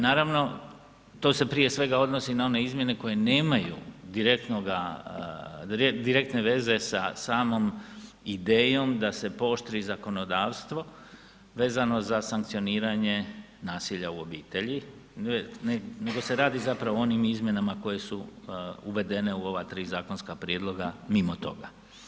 Naravno, to se prije svega odnosi na one izmjene koje nemaju direktne veze sa samom idejom da se pooštri zakonodavstvo vezano za sankcioniranje nasilja u obitelji, nego se radi zapravo o onim izmjenama koje su uvedene u ova tri zakonska prijedloga mimo toga.